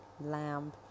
lamb